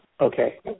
Okay